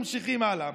ממשיכים הלאה,